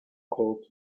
called